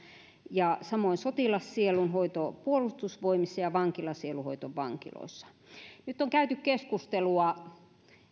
ja samoin sotilassielunhoidon puolustusvoimissa ja vankilasielunhoidon vankiloissa nyt on käyty keskustelua